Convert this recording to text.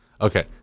Okay